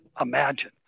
imagine